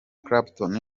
clapton